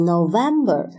November